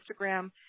Instagram